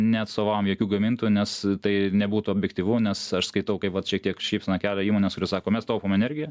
neatstovaujam jokių gamintojų nes tai nebūtų objektyvu nes aš skaitau kaip vat šiek tiek šypseną kelia įmonės kurios sako mes taupom energiją